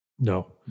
No